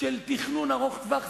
של תכנון ארוך טווח.